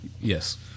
Yes